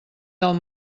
del